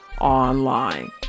online